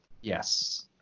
Yes